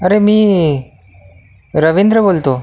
अरे मी रवींद्र बोलतो